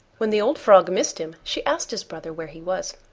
when the old frog missed him, she asked his brother where he was.